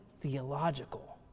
theological